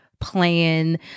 plan